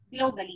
globally